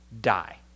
die